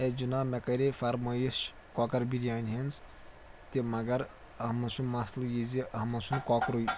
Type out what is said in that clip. A جِناب مےٚ کَرے فرمٲیِش کۄکَر بِریانی ہِنٛز تہِ مگر اَتھ منٛز چھُ مَسلہٕ یہِ زِ اَتھ منٛز چھُنہٕ کۄکرُے